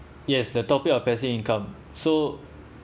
yes the topic of passive income so